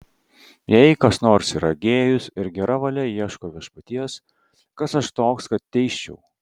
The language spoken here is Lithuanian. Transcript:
jei kas nors yra gėjus ir gera valia ieško viešpaties kas aš toks kad teisčiau